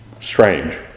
strange